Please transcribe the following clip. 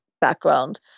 background